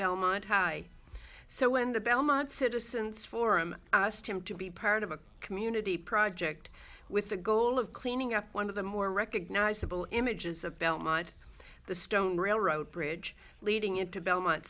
belmont so when the belmont citizens forum him to be part of a community project with the goal of cleaning up one of the more recognizable images of belmont the stone railroad bridge leading into belmont